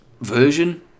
version